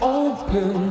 open